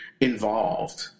involved